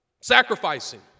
Sacrificing